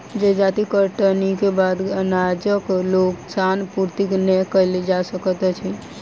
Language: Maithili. जजाति कटनीक बाद अनाजक नोकसान पूर्ति नै कयल जा सकैत अछि